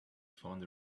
found